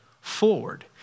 forward